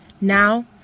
Now